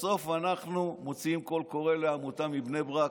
בסוף אנחנו מוציאים קול קורא לעמותה מבני ברק,